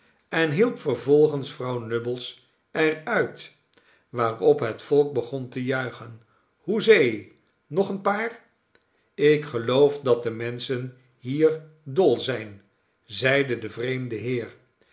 en hielp vervolgens vrouw nubbles er uit waarop het volk begon te juichen hoezee nog een paarl ik geloof dat de menschen hier dol zijn zeide de vreemde heer